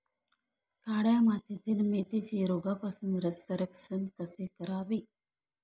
काळ्या मातीतील मेथीचे रोगापासून संरक्षण कसे करावे?